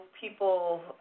people –